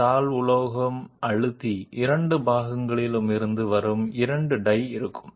కాబట్టి ఈ సందర్భంలో మనకు కావలసిన ఆకారం మరియు పరిమాణానికి షీట్ మెటల్ను నొక్కడం ద్వారా 2 వైపుల నుండి 2 డైలు వస్తాయి